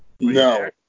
no